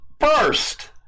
first